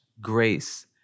grace